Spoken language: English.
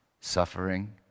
suffering